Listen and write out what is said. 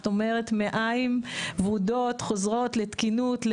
זאת אומרת, מעיים ורודות, חוזרות לתקינות.